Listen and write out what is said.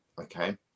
okay